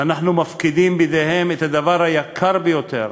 ואנחנו מפקידים בידי המורים את הדבר היקר ביותר,